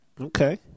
Okay